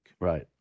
Right